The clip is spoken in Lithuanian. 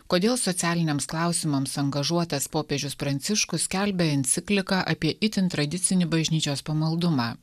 kodėl socialiniams klausimams angažuotas popiežius pranciškus skelbia encikliką apie itin tradicinį bažnyčios pamaldumą